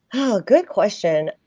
but good question.